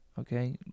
okay